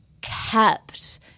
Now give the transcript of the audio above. kept